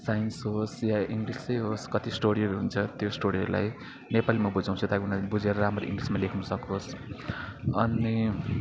science होस् या इङ्लिसै होस् कति स्टोरीहरू हुन्छ त्यो स्टोरीहरूलाई नेपालीमा बुझाउँछु त्यहाँ उनीहरूले बुझेर राम्ररी इङ्गलिसमा लेख्नु सकोस् अनि